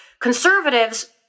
Conservatives